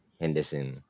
Henderson